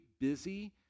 busy